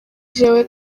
jewe